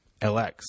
LX